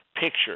picture